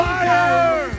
Fire